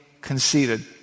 conceited